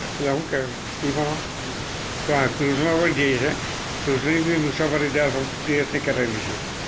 ત્યાં પહેલાં શું કહેવાય સ્ટીમરમાં ત્યાં ક્રૂઝમાં પણ જઈએ છીએ ક્રૂઝની બી મુસાફરી ત્યાં શું દેશની કરેલી છે